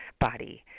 body